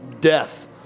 death